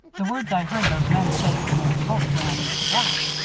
the words i heard those men say when their boat ran into the dock.